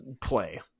play